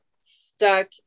stuck